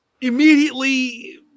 immediately